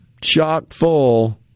chock-full